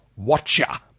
Watcha